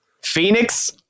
Phoenix